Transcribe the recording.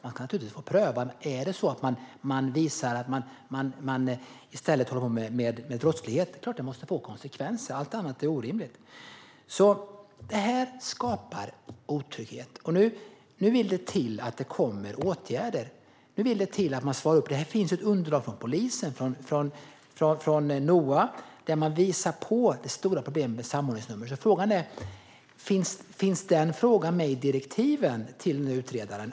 Man kan naturligtvis få pröva, men om man visar att man i stället håller på med brottslighet är det klart att det måste få konsekvenser. Allt annat är orimligt. Det här skapar otrygghet. Nu vill det till att det kommer åtgärder och att man svarar upp. Det finns ett underlag från polisen, från NOA, där man visar på det stora problemet med samordningsnummer. Finns den frågan med i direktiven till utredaren?